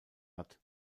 hat